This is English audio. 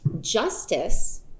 Justice